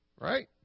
right